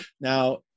Now